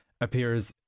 appears